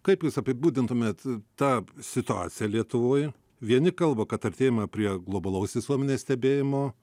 kaip jūs apibūdintumėt tą situaciją lietuvoj vieni kalba kad artėjama prie globalaus visuomenės stebėjimo